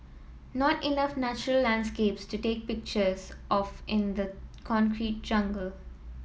not enough natural landscapes to take pictures of in the concrete jungle